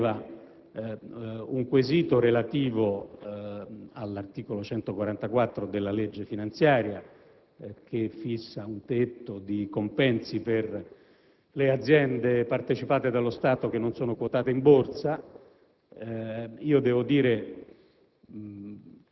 posto un quesito relativo all'articolo 144 della legge finanziaria 2008, che fissa un tetto ai compensi per le aziende partecipate dallo Stato che non sono quotate in Borsa. Se, da